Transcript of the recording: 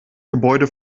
gebäude